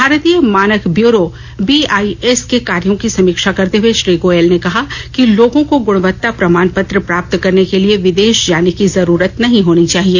भारतीय मानक bureau BIS के कार्यों की समीक्षा करते हए श्री गोयल ने कहा कि लोगों को गुणवत्ता प्रमाण पत्र प्राप्त करने के लिए विदेश जाने की जरूरत नहीं होनी चाहिए